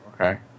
Okay